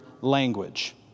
language